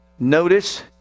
notice